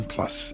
Plus